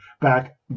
back